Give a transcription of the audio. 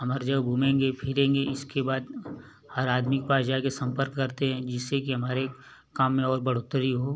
हम हर जगह घूमेंगे फिरेंगे इसके बाद हर आदमी के पास जा कर सम्पर्क करते हैं जिससे कि हमारे काम में और बढ़ोतरी हो